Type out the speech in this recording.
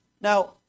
Now